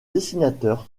dessinateur